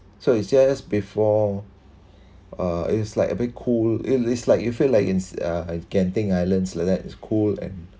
so it's just before uh it is like a bit cool at least like you feel like in uh genting highlands like that it's cool and